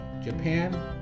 japan